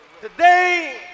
Today